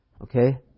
Okay